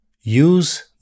use